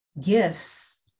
gifts